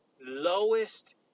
lowest